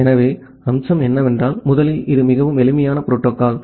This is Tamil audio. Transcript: எனவே அம்சம் என்னவென்றால் முதலில் இது மிகவும் எளிமையான புரோட்டோகால்